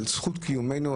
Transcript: על זכות קיומנו,